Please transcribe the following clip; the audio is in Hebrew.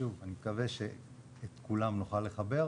שוב אני מקווה שאת כולם נוכל לחבר,